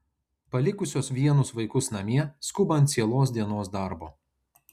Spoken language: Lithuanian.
palikusios vienus vaikus namie skuba ant cielos dienos darbo